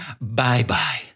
bye-bye